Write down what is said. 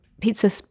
pizza